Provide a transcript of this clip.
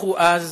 שלחו אז